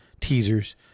teasers